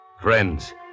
Friends